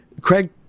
Craig